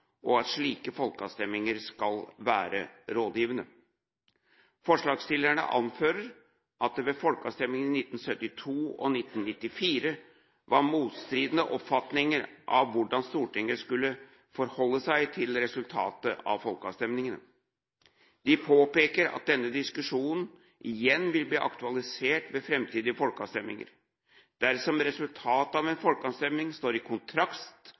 og at slike folkeavstemninger skal være rådgivende. Forslagsstillerne anfører at det ved folkeavstemningene i 1972 og i 1994 var motstridende oppfatninger av hvordan Stortinget skulle forholde seg til resultatet av folkeavstemningene. De påpeker at denne diskusjonen igjen vil bli aktualisert ved framtidige folkeavstemninger. Dersom resultatet av en folkeavstemning står i